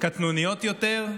קטנוניות יותר,